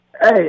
Hey